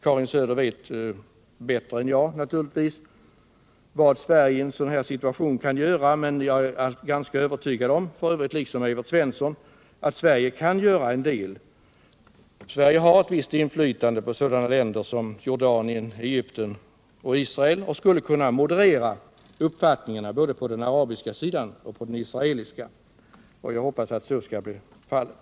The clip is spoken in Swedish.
Karin Söder vet naturligtvis bättre än jag vad Sverige kan göra i en sådan här situation, men jag är liksom Evert Svensson ganska övertygad om att Sverige kan göra en del. Sverige har ett visst inflytande på sådana länder som Jordanien, Egypten och Israel och skulle kunna moderera uppfattningarna både på den arabiska sidan och på den israeliska. Jag hoppas att så skall bli fallet.